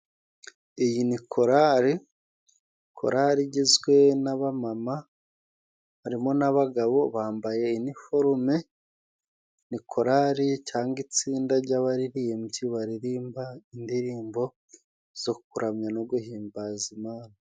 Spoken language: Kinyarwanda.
Iyi ni korari korari igizwe na ba mama harimo n'abagabo, bambaye iniforume ni korari cyangwa itsinda jy'abaririmbyi baririmba, indirimbo zo kuramya no guhimbaza Imana.